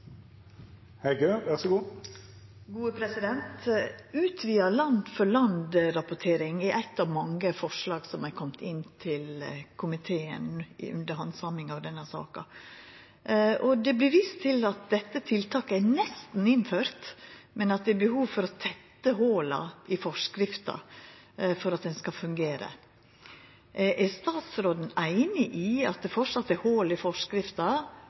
inn til komiteen under handsaminga av denne saka. Det vert vist til at dette tiltaket er nesten innført, men at det er behov for å tetta hola i forskrifta for at ho skal fungere. Er statsråden einig i at det framleis er hol i forskrifta,